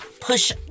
push